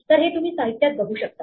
तर हे तुम्ही साहित्यात बघू शकता